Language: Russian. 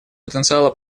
потенциала